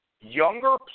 younger